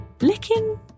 licking